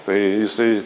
tai jisai